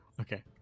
Okay